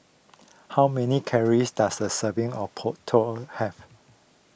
how many calories does a serving of Tao have